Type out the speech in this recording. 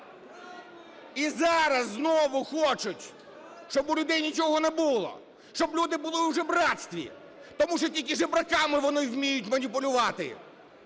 І зараз знову хочуть, щоб у людей нічого не було, щоб люди були у жебрацтві, тому що тільки жебраками вони вміють маніпулювати.